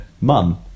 Mum